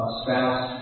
spouse